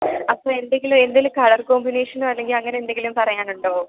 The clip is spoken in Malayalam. അപ്പോൾ എന്തെങ്കിലും എന്തെങ്കിലും കളർ കോമ്പിനേഷനൊ അല്ലെങ്കിൽ അങ്ങനെ എന്തെങ്കിലും പറയാനുണ്ടോ